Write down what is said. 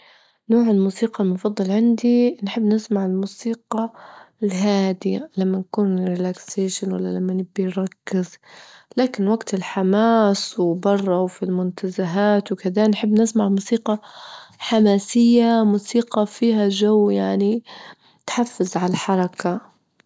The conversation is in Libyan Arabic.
نوع الموسيقى المفضل عندي نحب نسمع الموسيقى الهادية لما نكون مسترخيين ولا لما نبي نركز، لكن وجت الحماس وبرا وفي المنتزهات وكذا نحب نسمع موسيقى حماسية موسيقى فيها جو يعني تحفز عالحركة.